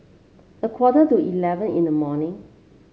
a quarter to eleven in the morning